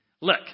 Look